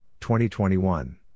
2021